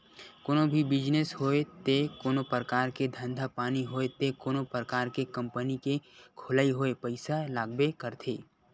कोनो भी बिजनेस होय ते कोनो परकार के धंधा पानी होय ते कोनो परकार के कंपनी के खोलई होय पइसा लागबे करथे